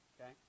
okay